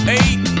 eight